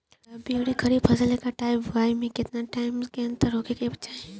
रबी आउर खरीफ फसल के कटाई और बोआई मे केतना टाइम के अंतर होखे के चाही?